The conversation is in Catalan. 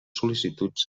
sol·licituds